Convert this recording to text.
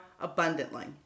abundantly